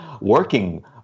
working